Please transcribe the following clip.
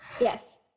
Yes